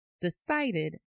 decided